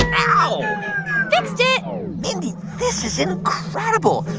ah ow, ow, ow fixed it mindy, this is incredible.